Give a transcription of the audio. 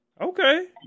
Okay